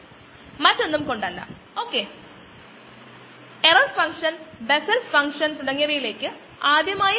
നിങ്ങൾക്ക് രാസവസ്തുക്കൾ ഉപയോഗിക്കാം ദ്രാവകങ്ങൾ അല്ലെങ്കിൽ നീരാവി ഓപ്പറേഷൻ റൂമുകൾ അല്ലെങ്കിൽ ലാബുകൾ പോലുള്ള ഇടങ്ങൾ അണുവിമുക്തമാക്കുന്നതിന് ഇത് സാധാരണ ചെയ്യുന്നു